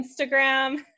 Instagram